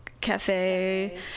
cafe